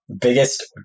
Biggest